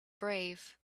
brave